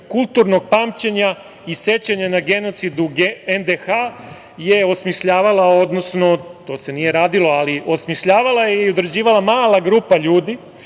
kulturnog pamćenja i sećanja na genocid u NDH je osmišljavala, odnosno to se nije radilo, ali osmišljavala je i određivala mala grupa ljudi,